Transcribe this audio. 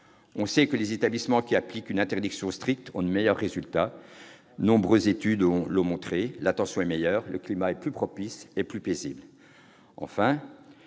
On sait que les établissements qui appliquent une interdiction stricte ont de meilleurs résultats que les autres. De nombreuses études l'ont montré, l'attention est meilleure, le climat plus propice à l'apprentissage